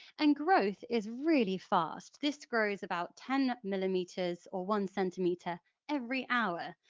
and growth is really fast, this grows about ten millimetres or one centimetre every hour.